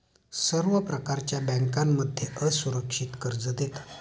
सर्व प्रकारच्या बँकांमध्ये असुरक्षित कर्ज देतात